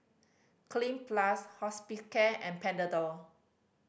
Clean Plus Hospicare and Panadol